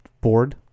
board